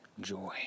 joy